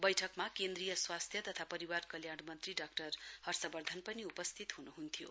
बैठकमा केन्द्रीय स्वास्थ्य तथा परिवार कल्याण मन्त्री डाक्टर हर्षवर्धन पनि उपस्थित हुनुहुन्थ्यो